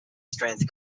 strength